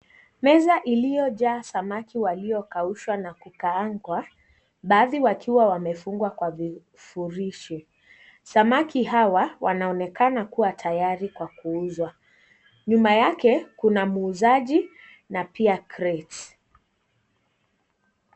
Meza iliyojaa samaki waliokaushwa na kukaangwa, baadhi wakiwa wamefungwa kwa vifurishi. Samaki hawa wanaonekana kuwa tayari kwa kuuzwa. Nyuma yake kuna muuzaji na pia crates .